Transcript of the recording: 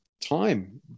time